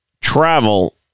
travel